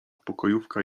pokojówka